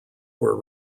were